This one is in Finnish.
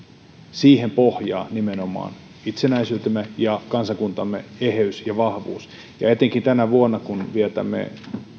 pohjaa itsenäisyytemme ja kansakuntamme eheys ja vahvuus etenkin tänä vuonna kun vietämme